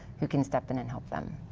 who can step in and help them.